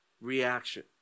reaction